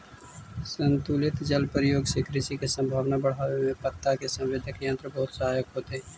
संतुलित जल प्रयोग से कृषि के संभावना बढ़ावे में पत्ता के संवेदक यंत्र बहुत सहायक होतई